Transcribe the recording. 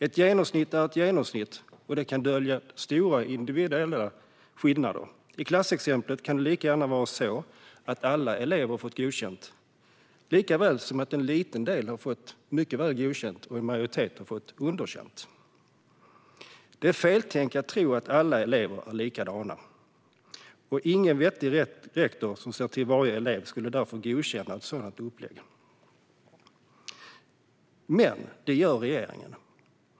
Ett genomsnitt är ett genomsnitt, och det kan dölja stora individuella skillnader. I klassexemplet kan det lika gärna vara så att alla elever fått godkänt som att en liten del fått mycket väl godkänt medan majoriteten blivit underkänd. Det är ett feltänk att tro att alla elever är likadana. Därför skulle ingen vettig rektor som ser till varje elev godkänna ett sådant upplägg. Men det gör regeringen.